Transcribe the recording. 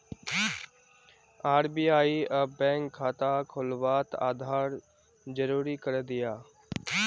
RBI अब bank खाता खुलवात आधार ज़रूरी करे दियाः